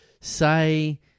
say